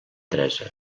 teresa